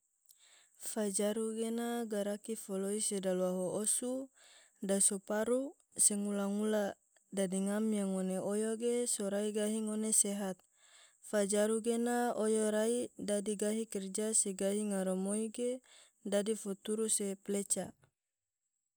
fajaru gena garaki foloi se dalwaho osu. daso paru se ngula-ngula, dadi ngam yang ngone oyo ge sorai gahi ngone sehat, fajaru gena oyo rai dadi gahi kerja se gahi ngaramoi ge dadi futuru se pleca.